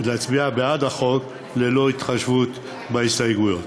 ללא התחשבות בהסתייגויות.